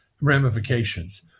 ramifications